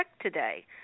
today